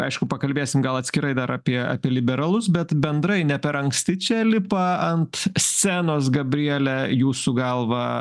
aišku pakalbėsim gal atskirai dar apie apie liberalus bet bendrai ne per anksti čia lipa ant scenos gabriele jūsų galva